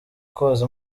koza